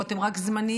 או אתם רק זמניים,